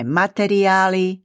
materiály